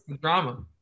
drama